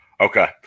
Okay